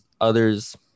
others